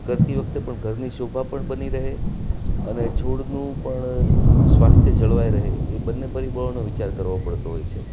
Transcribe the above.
કરતી વખતે પણ ઘરની શોભા પણ બની રહે અને છોડનું પણ સ્વાસ્થ્ય જળવાઈ રહે એ બંને પરિબળોનો વિચાર કરવો પડતો હોય છે